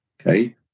okay